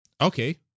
Okay